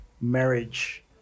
marriage